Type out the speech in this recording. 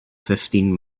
fifteen